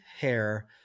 hair